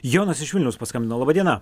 jonas iš vilniaus paskambino laba diena